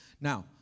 Now